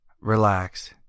relax